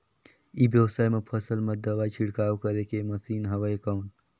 ई व्यवसाय म फसल मा दवाई छिड़काव करे के मशीन हवय कौन?